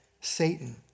Satan